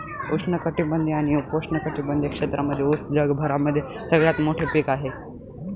उष्ण कटिबंधीय आणि उपोष्ण कटिबंधीय क्षेत्रांमध्ये उस जगभरामध्ये सगळ्यात मोठे पीक आहे